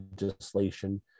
legislation